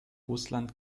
russland